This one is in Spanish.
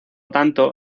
tanto